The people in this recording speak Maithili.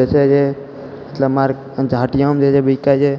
बेचैहिए मतलब मार्केट हटिआमे जे जे बिकै छै